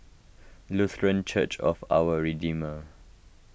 Lutheran Church of Our Redeemer